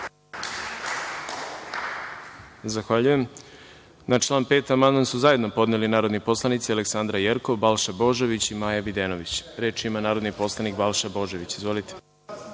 Zahvaljujem. Na član 5. amandman su zajedno podneli narodni poslanici Aleksandra Jerkov, Balša Božović i Maja Videnović. Reč ima narodni poslanik Balša Božović. Izvolite.